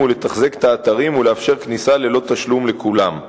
ולתחזק את האתרים ולאפשר כניסה ללא תשלום לכולם.